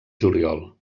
juliol